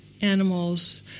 animals